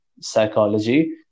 psychology